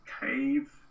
cave